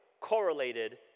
correlated